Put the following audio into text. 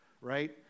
right